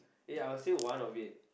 ya I will say one of it